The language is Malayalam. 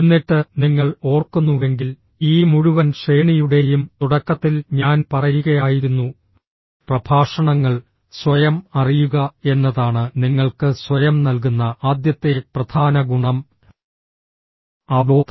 എന്നിട്ട് നിങ്ങൾ ഓർക്കുന്നുവെങ്കിൽ ഈ മുഴുവൻ ശ്രേണിയുടെയും തുടക്കത്തിൽ ഞാൻ പറയുകയായിരുന്നു പ്രഭാഷണങ്ങൾ സ്വയം അറിയുക എന്നതാണ് നിങ്ങൾക്ക് സ്വയം നൽകുന്ന ആദ്യത്തെ പ്രധാന ഗുണം അവബോധം